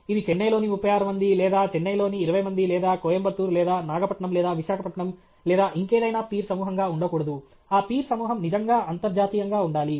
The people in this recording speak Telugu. ఇది చెన్నై లోని 36 మంది లేదా చెన్నై లోని 20 మంది లేదా కోయంబత్తూర్ లేదా నాగపట్నం లేదా విశాఖపట్నం లేదా ఇంకేదైనా పీర్ సమూహంగా ఉండకూడదు ఆ పీర్ సమూహం నిజంగా అంతర్జాతీయంగా ఉండాలి